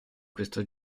questo